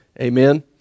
Amen